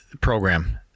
program